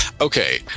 Okay